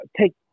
Take